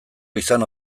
izan